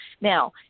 Now